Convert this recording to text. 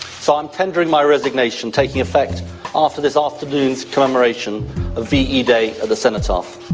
so i'm tendering my resignation, taking effect after this afternoon's commemoration of ve day at the cenotaph.